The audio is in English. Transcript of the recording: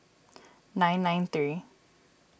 nine nine three